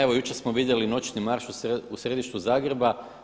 Evo jučer smo vidjeli noćni marš u središtu Zagreba.